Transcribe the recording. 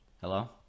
Hello